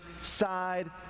side